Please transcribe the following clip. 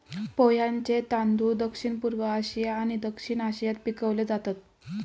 पोह्यांचे तांदूळ दक्षिणपूर्व आशिया आणि दक्षिण आशियात पिकवले जातत